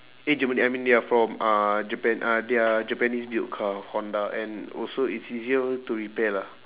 eh germany I mean they are from uh japan uh they are japanese built car honda and also it's easier to repair lah